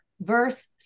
Verse